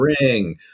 Ring